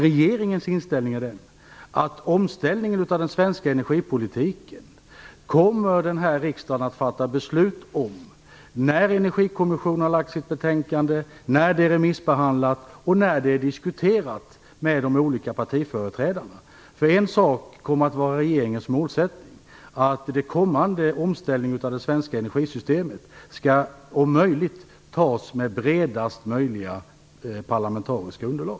Regeringens inställning är att den här riksdagen kommer att fatta beslut om omställningen av den svenska energipolitiken när Energikommissionen har lagt fram sitt betänkande och det är remissbehandlat och diskuterat mellan de olika partiföreträdarna. Regeringens målsättning är att beslutet om den kommande omställningen av det svenska energisystemet skall fattas med bredast möjliga parlamentariska underlag.